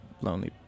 lonely